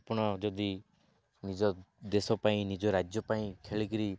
ଆପଣ ଯଦି ନିଜ ଦେଶ ପାଇଁ ନିଜ ରାଜ୍ୟ ପାଇଁ ଖେଳିକିରି